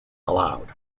allowed